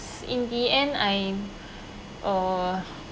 in the end I uh